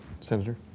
Senator